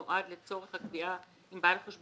כאמור בפסקה (1)(ב)(8) יימסר בהצהרת בעל השליטה